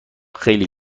خیلی